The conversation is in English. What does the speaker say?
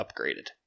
upgraded